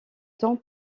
tons